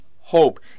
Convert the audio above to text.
hope